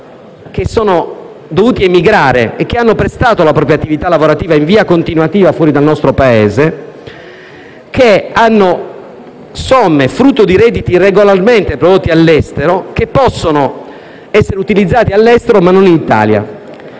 che sono dovuti emigrare e che hanno prestato la propria attività lavorativa in via continuativa fuori dal nostro Paese e che dispongono di somme frutto di redditi regolarmente prodotti all'estero che possono essere utilizzate all'estero ma non in Italia.